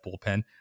bullpen